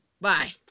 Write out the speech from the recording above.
Bye